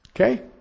Okay